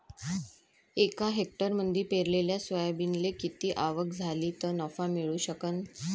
एका हेक्टरमंदी पेरलेल्या सोयाबीनले किती आवक झाली तं नफा मिळू शकन?